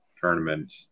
tournament